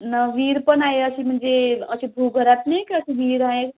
न विहीर पण आहे अशी म्हणजे असे भूघरात नाही का असं विहीर आहे